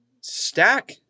stack